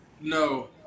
No